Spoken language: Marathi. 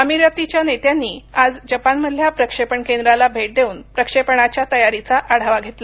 अमिरातीच्या नेत्यांनी आज जपानमधल्या प्रक्षेपण केंद्राला भेट देऊन प्रक्षेपणाच्या तयारीचा आढावा घेतला